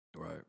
Right